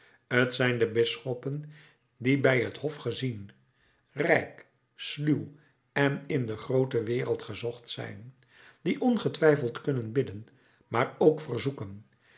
t zijn de bisschoppen die bij het hof gezien rijk sluw en in de groote wereld gezocht zijn die ongetwijfeld kunnen bidden maar ook verzoeken